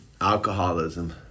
alcoholism